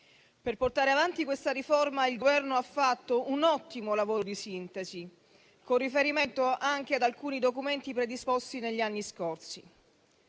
Per portare avanti questa riforma il Governo ha fatto un ottimo lavoro di sintesi, con riferimento anche ad alcuni documenti predisposti negli anni scorsi.